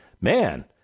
man